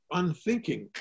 unthinking